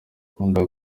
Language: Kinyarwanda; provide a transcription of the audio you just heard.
nkunda